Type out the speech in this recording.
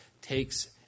takes